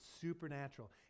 supernatural